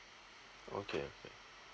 okay okay